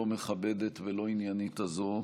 לא מכבדת ולא עניינית הזאת,